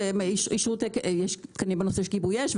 יש תקנים בנושא של כיבוי אש,